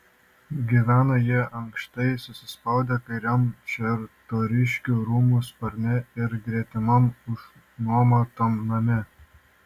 gyveno jie ankštai susispaudę kairiajam čartoriskių rūmų sparne ir gretimam išnuomotam name